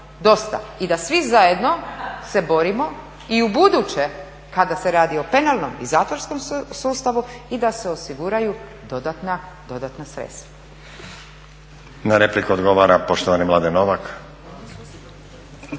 i da svi zajedno se borimo i ubuduće kada se radi o penalnom i zatvorskom sustavu i da se osiguraju dodatna sredstva. **Stazić, Nenad (SDP)** Na repliku odgovara poštovani Mladen Novak.